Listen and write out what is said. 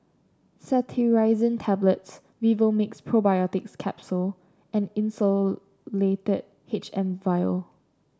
Cetirizine Tablets Vivomixx Probiotics Capsule and Insulatard H M vial